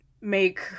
make